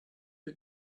you